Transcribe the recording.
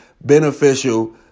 beneficial